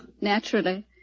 Naturally